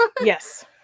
Yes